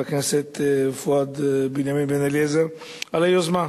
הכנסת פואד בנימין בן-אליעזר על היוזמה.